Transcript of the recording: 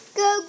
go